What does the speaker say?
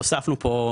הוספנו כאן,